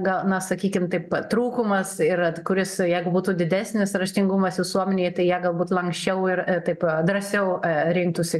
gal na sakykim taip trūkumas ir kuris jeigu būtų didesnis raštingumas visuomenėj tai jie galbūt lanksčiau ir taip drąsiau rinktųsi